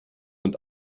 und